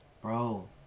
bro